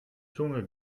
zunge